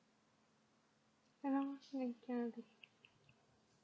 ya lor